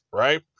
right